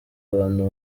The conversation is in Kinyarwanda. bantu